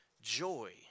joy